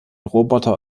roboter